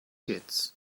kids